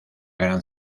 gran